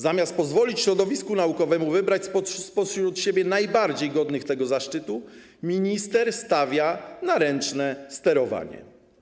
Zamiast pozwolić środowisku naukowemu wybrać spośród siebie najbardziej godnych tego zaszczytu, minister stawia na ręczne sterowanie.